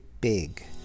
big